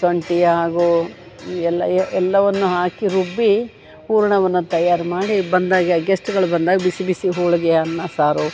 ಶುಂಠಿ ಹಾಗೂ ಎಲ್ಲ ಎಲ್ಲವನ್ನೂ ಹಾಕಿ ರುಬ್ಬಿ ಹೂರಣವನ್ನ ತಯಾರು ಮಾಡಿ ಬಂದಾಗ ಗೆಸ್ಟ್ಗಳು ಬಂದಾಗ ಬಿಸಿ ಬಿಸಿ ಹೋಳಿಗೆ ಅನ್ನ ಸಾರು